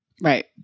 Right